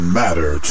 matter